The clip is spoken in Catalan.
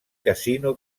casino